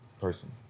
person